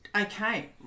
okay